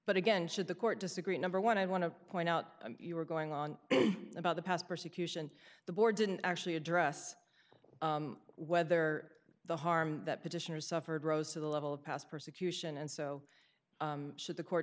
but again should the court disagree number one i want to point out you were going on about the past persecution the board didn't actually address whether the harm that petitioners suffered rose to the level of past persecution and so should the court